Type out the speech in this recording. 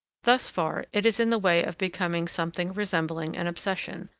thus far it is in the way of becoming something resembling an obsession,